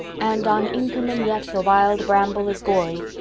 and on inkerman yet the wild bramble is gory,